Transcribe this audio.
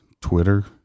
Twitter